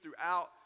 throughout